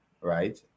right